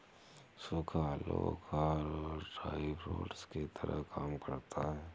सूखा आलू बुखारा ड्राई फ्रूट्स की तरह काम करता है